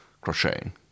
Crocheting